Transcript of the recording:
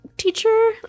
teacher